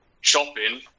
Shopping